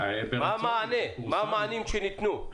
מה המענים שניתנו?